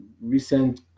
recent